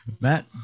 Matt